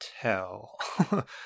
tell